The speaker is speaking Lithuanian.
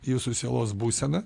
jūsų sielos būsena